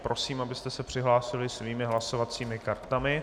Prosím, abyste se přihlásili svými hlasovacími kartami.